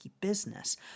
business